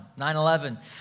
9-11